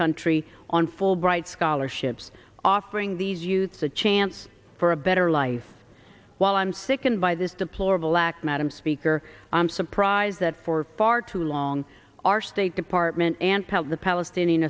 country on fulbright scholarship offering these youths a chance for a better life while i'm sickened by this deplorable act madam speaker i'm surprised that for far too long our state department and pelt the palestinian